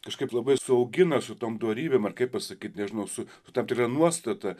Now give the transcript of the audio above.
kažkaip labai suaugina su tom dorybėm ar kaip pasakyt nežinau su tam tikra nuostata